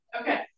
Okay